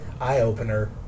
eye-opener